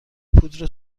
پودر